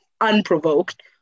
unprovoked